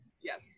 Yes